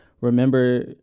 Remember